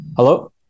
Hello